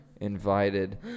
invited